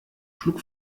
schlug